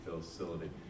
facility